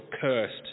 cursed